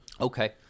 Okay